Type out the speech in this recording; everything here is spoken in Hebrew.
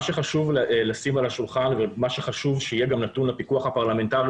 מה שחשוב לשים על השולחן ומה שחשוב שיהיה גם נתון לפיקוח הפרלמנטרי